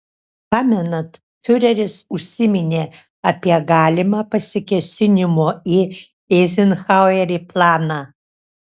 pamenat fiureris užsiminė apie galimą pasikėsinimo į eizenhauerį planą